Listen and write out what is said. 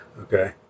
Okay